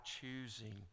choosing